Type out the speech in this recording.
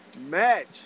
match